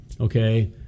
okay